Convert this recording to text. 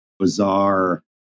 bizarre